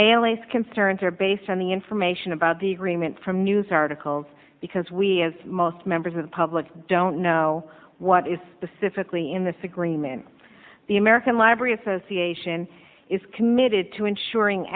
alias concerns are based on the information about the agreement from news articles because we have most members of the public don't know what is specifically in this agreement the american library association is committed to ensuring